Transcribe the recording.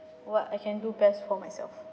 what I can do best for myself